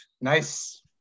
Nice